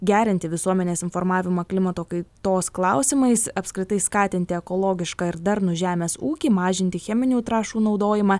gerinti visuomenės informavimą klimato kaitos klausimais apskritai skatinti ekologišką ir darnų žemės ūkį mažinti cheminių trąšų naudojimą